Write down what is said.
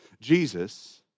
Jesus